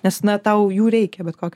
nes na tau jų reikia bet kokiu